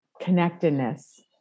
connectedness